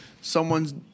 someone's